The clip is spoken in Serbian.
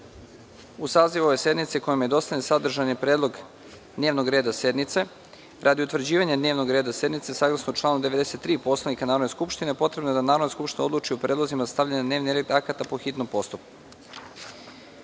sazivu ove sednice, koji vam je dostavljen, sadržan je predlog dnevnog reda sednice. Radi utvrđivanja dnevnog reda sednice, saglasno članu 93. Poslovnika Narodne skupštine, potrebno je da Narodna skupština odluči o predlozima za stavljanje na dnevni red akata po hitnom postupku. Odbor